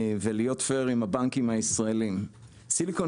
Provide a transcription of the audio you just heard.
וכדי להיות הוגן עם הבנקים הישראליים: סיליקון